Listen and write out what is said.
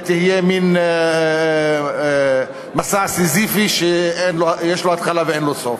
היא תהיה מין מסע סיזיפי שיש לו התחלה ואין לו סוף.